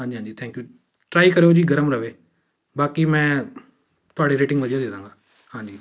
ਹਾਂਜੀ ਹਾਂਜੀ thank you try ਕਰਿਓ ਜੀ ਗਰਮ ਰਹੇ ਬਾਕੀ ਮੈਂ ਤੁਹਾਡੀ ਰੇਟਿੰਗ ਵਧੀਆ ਦੇ ਦਾਂਗਾ ਹਾਂਜੀ